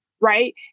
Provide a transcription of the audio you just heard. right